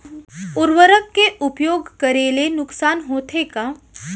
उर्वरक के उपयोग करे ले नुकसान होथे का?